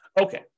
Okay